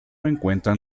encuentran